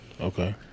okay